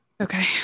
Okay